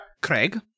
Craig